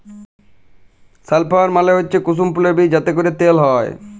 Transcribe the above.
sunflower মালে হচ্যে কুসুম ফুলের বীজ যাতে ক্যরে তেল হ্যয়